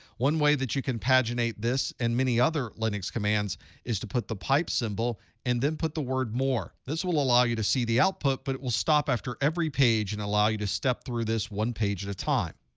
one way that you can paginate this and many other linux commands is to put the pipe symbol and then put the word more. this will allow you to see the output, but it will stop after every page and allow you to step through this one page at a time.